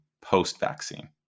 post-vaccine